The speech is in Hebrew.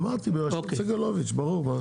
אמרתי, בראשות סגלוביץ', ברור.